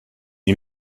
lui